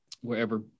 wherever